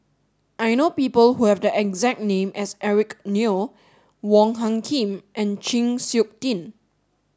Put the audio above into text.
I know people who have the exact name as Eric Neo Wong Hung Khim and Chng Seok Tin